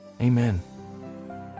amen